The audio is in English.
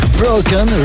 broken